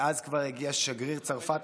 מאז כבר הגיע שגריר צרפת,